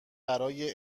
برای